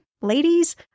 ladies